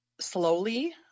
slowly